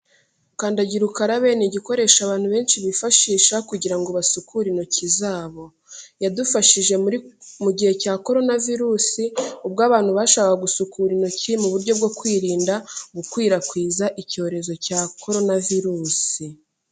Kandagira ukarabe ni igikoresho abantu benshi bifashisha kugira ngo basukure intoki zabo, yadufashije mu gihe cya corona virus. Ubwo abantu bashakaga gusukura intoki mu buryo bwo kwirinda gukwirakwiza icyorezo cya corona virus.